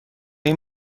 این